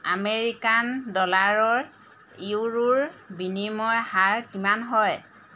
American ডলাৰৰ ইউৰোৰ বিনিময় হাৰ কিমান হয়